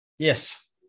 Yes